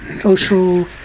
social